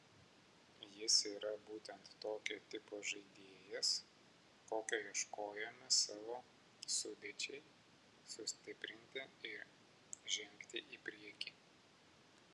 jis yra būtent tokio tipo žaidėjas kokio ieškojome savo sudėčiai sustiprinti ir žengti į priekį